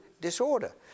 disorder